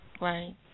Right